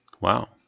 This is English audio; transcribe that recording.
Wow